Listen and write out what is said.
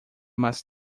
mais